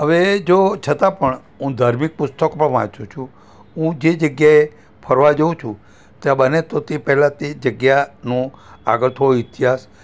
હવે જો છતાં પણ હું ધાર્મિક પુસ્તક પણ વાંચું છું હું જે જગ્યાએ ફરવા જઉં છું ત્યાં બને તો પહેલાં તે જગ્યાનું આગળ થોડો ઇતિહાસ